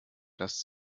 dass